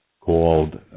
called